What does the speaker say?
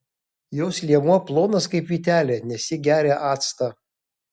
jos liemuo plonas kaip vytelė nes ji geria actą